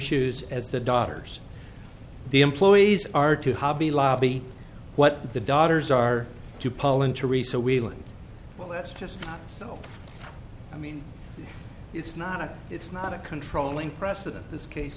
shoes as the daughters the employees are to hobby lobby what the daughters are to pollen theresa wheeling well that's just so i mean it's not a it's not a controlling precedent this case